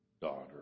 daughter